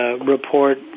report